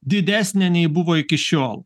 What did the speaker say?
didesnė nei buvo iki šiol